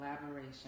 collaboration